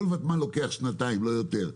כל ותמ"ל לוקח שנתיים, לא יותר.